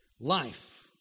life